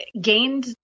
gained